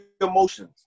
emotions